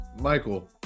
Michael